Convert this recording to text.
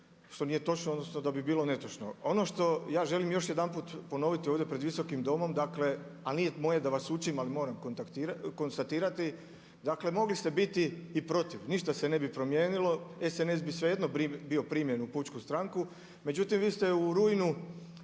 što nije točno, odnosno da bi bilo netočno. Ono što ja želim još jedanput ponoviti ovdje pred Visokim domom, dakle ali nije moje da vas učim ali moram konstatirati, dakle mogli ste biti i protiv, ništa se ne bi promijenilo, SNS bi svejedno bio primljen u pučku stranku, međutim vi ste u rujnu